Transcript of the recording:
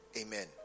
Amen